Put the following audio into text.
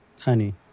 Honey